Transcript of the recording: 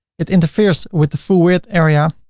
it interferes with the full width area.